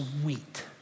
sweet